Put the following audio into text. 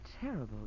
terrible